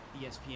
ESPN